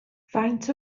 faint